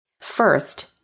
First